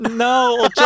No